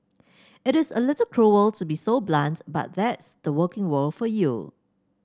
it is a little cruel to be so blunt but that's the working world for you